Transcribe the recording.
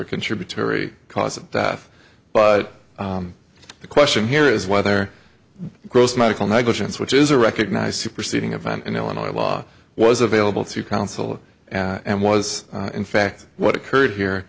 a contributory cause of death but the question here is whether gross medical negligence which is a recognized superseding event in illinois law was available to counsel and was in fact what occurred here